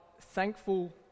thankful